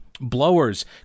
blowers